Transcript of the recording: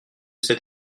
cet